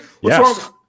Yes